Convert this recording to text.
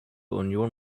union